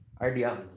idea